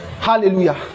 Hallelujah